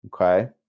Okay